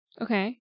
okay